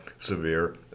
severe